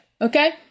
okay